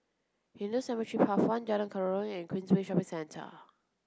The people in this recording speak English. Hindu Cemetery Path one Jalan Kerayong and Queensway Shopping Centre